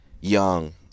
young